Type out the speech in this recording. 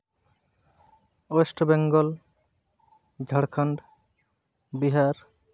west Bengal Jharkhand Bihar